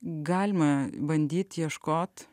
galima bandyti ieškoti